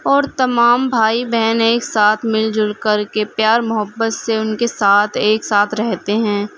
اور تمام بھائی بہن ایک ساتھ مل جل کر کے پیار محبت سے ان کے ساتھ ایک ساتھ رہتے ہیں